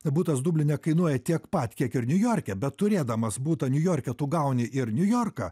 butas dubline kainuoja tiek pat kiek ir niujorke bet turėdamas butą niujorke tu gauni ir niujorką